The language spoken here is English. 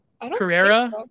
Carrera